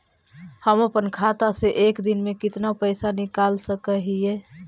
हम अपन खाता से एक दिन में कितना पैसा निकाल सक हिय?